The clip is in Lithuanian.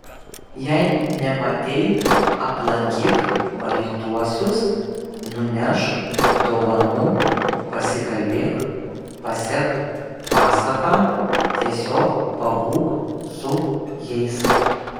jei nematei aplankyk paliktuosius nunešk dovanų pasikalbėk pasek pasaką tiesiog pabūk su jais